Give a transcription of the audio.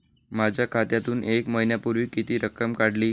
माझ्या खात्यातून एक महिन्यापूर्वी किती रक्कम काढली?